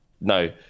no